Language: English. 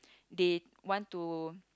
they want to